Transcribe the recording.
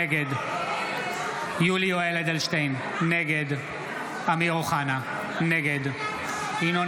נגד יולי יואל אדלשטיין, נגד אמיר אוחנה, נגד ינון